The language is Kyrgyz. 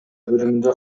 бөлүмүндө